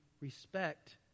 respect